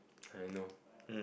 I know